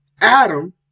Adam